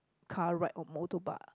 car ride or motor bike